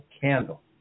candle